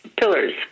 pillars